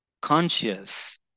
conscious